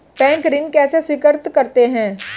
Bank ऋण कैसे स्वीकृत करते हैं?